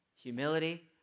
humility